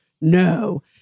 no